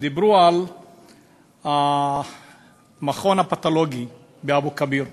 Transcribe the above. שדיברו בה על המכון הפתולוגי באבו-כביר,